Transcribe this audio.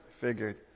figured